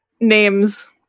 Names